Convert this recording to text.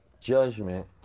judgment